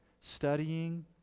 studying